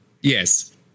Yes